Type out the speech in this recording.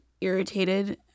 irritated